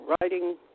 writing